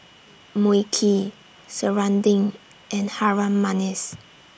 Mui Kee Serunding and Harum Manis